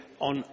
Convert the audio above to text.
on